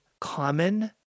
common